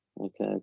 Okay